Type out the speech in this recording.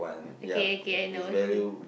okay okay I know it's you